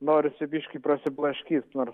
norisi biškį prasiblaškyt nors